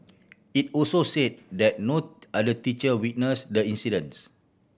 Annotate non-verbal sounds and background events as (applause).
it also said that no (hesitation) other teacher witnessed the incidents